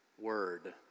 word